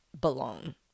belong